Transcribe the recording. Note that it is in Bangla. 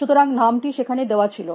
সুতরাং নামটি সেখানে দেওয়া ছিল